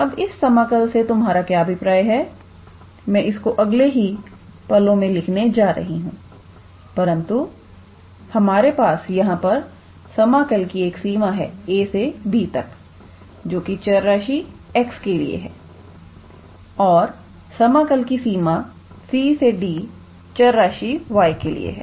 अब इस समाकल से तुम्हारा क्या अभिप्राय है मैं इसको अगले ही पलों में लिखने जा रही परंतु हमारे पास यहां पर समाकल की एक सीमा है a से b तक जो की चर राशि x के लिए है और समाकल की सीमा c से d चर राशि y के लिए है